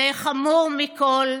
חמור מכול,